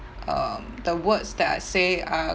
um the words that I say are